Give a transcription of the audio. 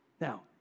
Now